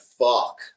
fuck